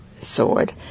sword